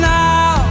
now